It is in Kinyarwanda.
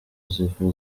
ziva